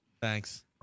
Thanks